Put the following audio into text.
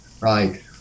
right